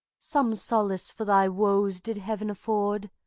some solace for thy woes did heaven afford,